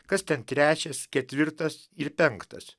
kas ten trečias ketvirtas ir penktas